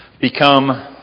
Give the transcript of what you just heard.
become